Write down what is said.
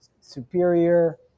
superior